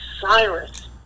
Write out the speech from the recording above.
Cyrus